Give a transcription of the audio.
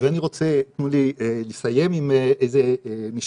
ואני רוצה לסיים עם איזה משפט.